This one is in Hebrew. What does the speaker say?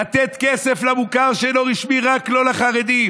לתת כסף למוכר שאינו רשמי, רק לא לחרדים.